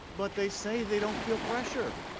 but they say they don't feel pressure.